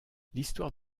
l’histoire